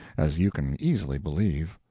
as you can easily believe.